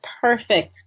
perfect